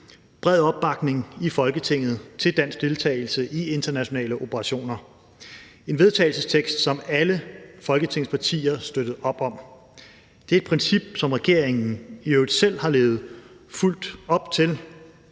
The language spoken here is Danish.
bred opbakning i Folketinget til dansk deltagelse i internationale operationer. Det er en vedtagelsestekst, som alle Folketingets partier støttede op om. Det er et princip, som regeringen i øvrigt selv har levet fuldt ud op til.